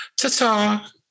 Ta-ta